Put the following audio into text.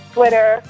Twitter